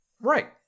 Right